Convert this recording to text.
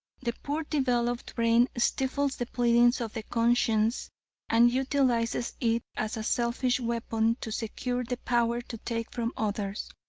the poorly developed brain stifles the pleadings of the conscience and utilizes it as a selfish weapon to secure the power to take from others.